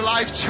Life